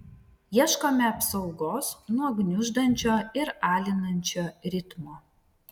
ieškome apsaugos nuo gniuždančio ir alinančio ritmo